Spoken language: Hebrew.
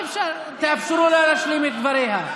תאפשרו לה להשלים את דבריה.